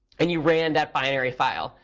and you ran that binary file.